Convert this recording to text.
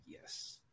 yes